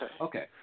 Okay